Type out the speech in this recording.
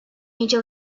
angel